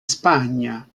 spagna